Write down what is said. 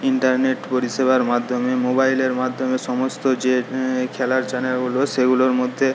internet পরিষেবার মাধ্যমে মোবাইলের মাধ্যমে সমস্ত যে খেলার চ্যানেলগুলো সেগুলোর মধ্যে